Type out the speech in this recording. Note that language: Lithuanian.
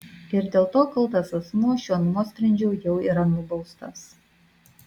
ir dėl to kaltas asmuo šiuo nuosprendžiu jau yra nubaustas